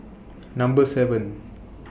Number seven